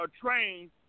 trained